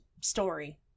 story